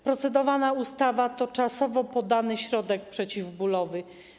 Procedowana ustawa to czasowo podany środek przeciwbólowy.